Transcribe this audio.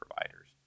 providers